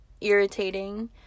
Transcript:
irritating